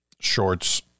shorts